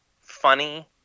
funny